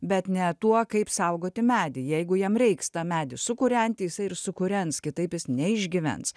bet ne tuo kaip saugoti medį jeigu jam reiks tą medį sukuriantį jisai ir sukurens kitaip jis neišgyvens